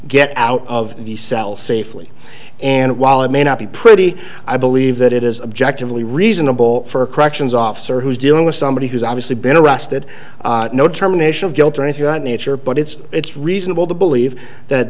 get out of the cell safely and while it may not be pretty i believe that it is objectively reasonable for a corrections officer who's dealing with somebody who's obviously been arrested no determination of guilt or anything of that nature but it's it's reasonable to believe that